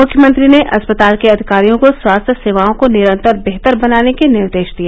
मुख्यमंत्री ने अस्पताल के अधिकारियों को स्वास्थ्य सेवाओं को निरन्तर बेहतर बनाने के निर्देश दिए